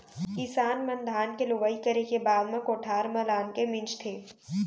किसान मन धान के लुवई करे के बाद म कोठार म लानके मिंजथे